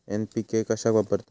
NPK कशाक वापरतत?